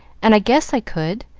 and i guess i could.